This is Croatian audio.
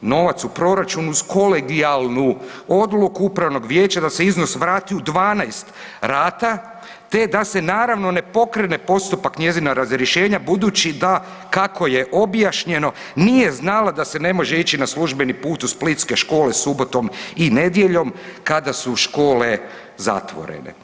novac u proračun uz kolegijalnu odluku upravnog vijeća da se iznos vrati u 12 rata te da se naravno ne pokrene postupak njezina razrješenja budući da kako je objašnjeno nije znala da se ne može ići na službeni put u splitske škole subotom i nedjeljom kada su škole zatvorene.